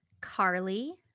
Carly